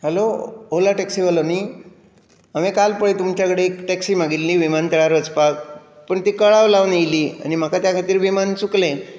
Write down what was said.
hello Ola टॅक्सीवालो न्ही हांवें काल पळय तुमचे कडेन एक टॅक्सी मागिल्ली विमानतळार वचपाक पूण ती कळाव लावन येयली आनी म्हाका त्या खातीर विमान चुकलें